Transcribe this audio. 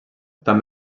també